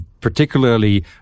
particularly